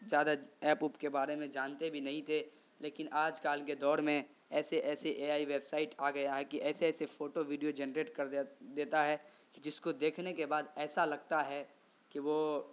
زیادہ ایپ ووپ کے بارے میں جانتے بھی نہیں تھے لیکن آج کل کے دور میں ایسے ایسے اے آئی ویبسائٹ آ گیا ہے کہ ایسے ایسے فوٹو ویڈیو جنریٹ کر دیتا ہے کہ جس کو دیکھنے کے بعد ایسا لگتا ہے کہ وہ